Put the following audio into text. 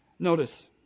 Notice